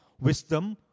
wisdom